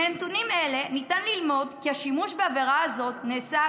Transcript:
מנתונים אלה ניתן ללמוד כי השימוש בעבירה הזאת נעשה,